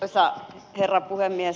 arvoisa herra puhemies